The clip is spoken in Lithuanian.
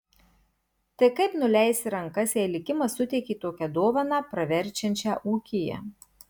tai kaip nuleisi rankas jei likimas suteikė tokią dovaną praverčiančią ūkyje